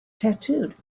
tattooed